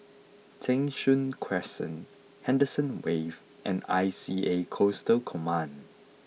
Cheng Soon Crescent Henderson Wave and I C A Coastal Command